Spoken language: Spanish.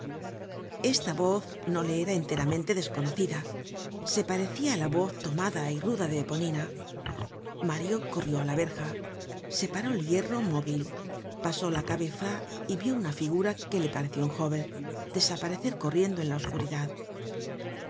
esta voz no le era enteramente desconocida se parecia ála voz tomada y ruda de eponina mario corrió á la verja separó el hierro móvil pasó la cabeza y vió una figura que le pareció un jóven desaparecer corriendo en la oscuridad